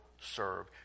serve